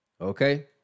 Okay